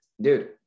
dude